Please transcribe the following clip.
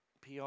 PR